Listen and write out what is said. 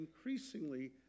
increasingly